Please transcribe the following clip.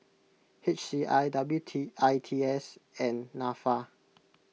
H C I W I T S and Nafa